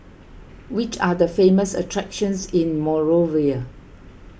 which are the famous attractions in Monrovia